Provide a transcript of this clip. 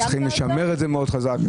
צריך לשמר את זה חזק מאוד,